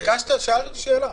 שאלת אותי שאלה.